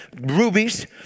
rubies